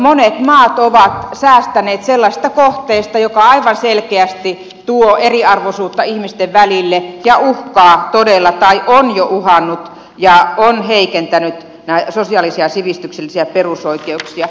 monet maat ovat säästäneet sellaisesta kohteesta joka aivan selkeästi tuo eriarvoisuutta ihmisten välille ja uhkaa todella tai on jo uhannut ja heikentänyt sosiaalisia ja sivistyksellisiä perusoikeuksia